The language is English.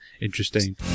interesting